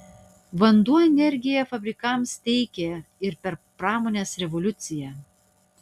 vanduo energiją fabrikams teikė ir per pramonės revoliuciją